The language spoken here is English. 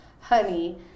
honey